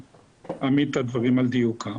ואעמיד את הדברים על דיוקם.